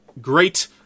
great